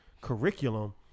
curriculum